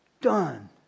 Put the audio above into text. Done